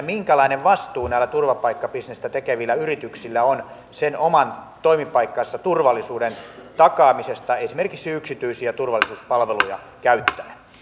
minkälainen vastuu näillä turvapaikkabisnestä tekevillä yrityksillä on sen oman toimipaikkansa turvallisuuden takaamisesta esimerkiksi yksityisiä turvallisuuspalveluja käyttäen